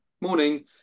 Morning